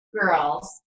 girls